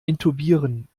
intubieren